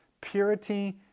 purity